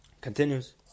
continues